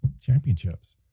championships